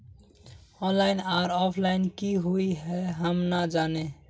Online आर offline की हुई है हम ना जाने?